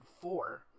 four